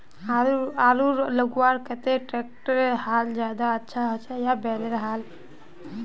आलूर लगवार केते ट्रैक्टरेर हाल ज्यादा अच्छा होचे या बैलेर हाल?